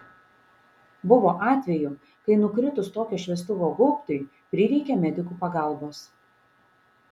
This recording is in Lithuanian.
buvo atvejų kai nukritus tokio šviestuvo gaubtui prireikė medikų pagalbos